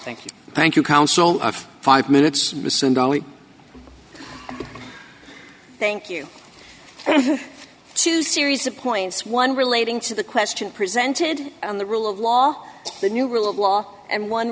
thank you thank you counsel of five minutes to send only thank you two series of points one relating to the question presented on the rule of law the new rule of law and one